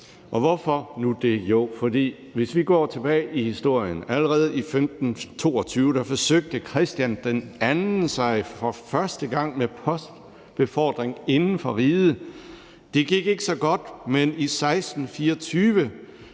hvorfor nu det? Jo, for hvis vi går tilbage i historien, er det sådan, at allerede i 1522 forsøgte Christian II sig for første gang med postbefordring inden for riget. Det gik ikke så godt, men i 1624